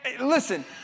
listen